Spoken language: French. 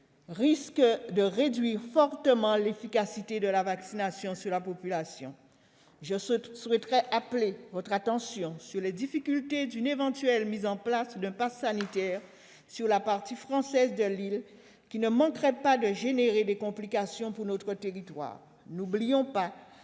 risque de réduire fortement l'efficacité de la vaccination sur la population. J'attire également votre attention sur les difficultés que poserait une éventuelle mise en place d'un passe sanitaire sur la seule partie française de l'île. Elle ne manquerait pas de provoquer des complications pour notre territoire.